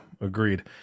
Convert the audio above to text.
agreed